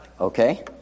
Okay